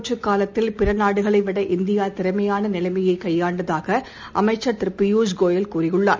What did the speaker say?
தொற்றுகாலத்தில் பிறநாடுகளைவிட இந்தியாதிறமையாகநிலைமையைகையாண்டதாகஅமைச்சர் திரு பியூஷ் கோயல் தெரிவித்துள்ளார்